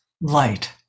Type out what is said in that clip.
light